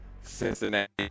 Cincinnati